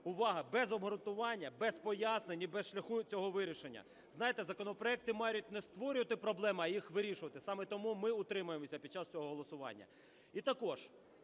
увага, без обґрунтування, без пояснень і без шляху цього вирішення. Знаєте, законопроекти мають не створювати проблеми, а їх вирішувати. Саме тому ми утримаємося під час цього голосування.